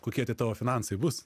kokie tie tavo finansai bus